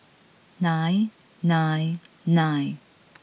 nine nine nine